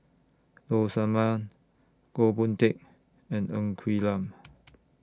Low Sanmay Goh Boon Teck and Ng Quee Lam